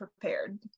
prepared